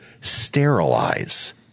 sterilize